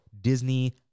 Disney